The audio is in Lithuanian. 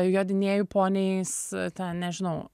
jodinėju poniais ten nežinau